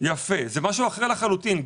זה משהו אחר לחלוטין.